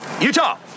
Utah